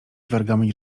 wargami